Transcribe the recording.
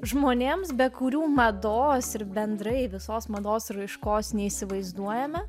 žmonėms be kurių mados ir bendrai visos mados raiškos neįsivaizduojame